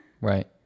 Right